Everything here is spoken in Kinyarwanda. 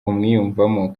umwiyumvamo